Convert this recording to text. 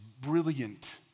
brilliant